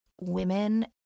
women